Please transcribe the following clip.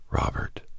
robert